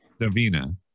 Davina